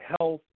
health